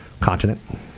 continent